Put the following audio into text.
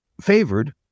favored